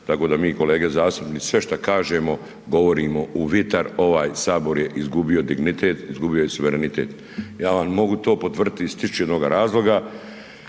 tako da mi kolege zastupnici sve što kažemo govorimo u vjetar. Ovaj Sabor je izgubio dignitet, izgubio je suverenitet. Ja vam mogu to potvrditi iz tisuću i jednog razloga